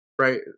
right